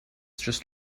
just